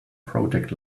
project